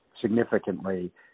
significantly